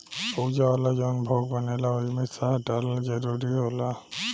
पूजा वाला जवन भोग बनेला ओइमे शहद डालल जरूरी होला